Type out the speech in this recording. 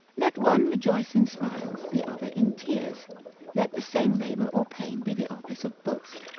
let one rejoice in smiles, the other in tears let the same labour or pain be the office of both.